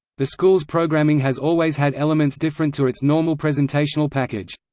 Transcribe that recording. the schools programming has always had elements different to its normal presentational package.